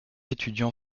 étudiant